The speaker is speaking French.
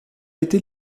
était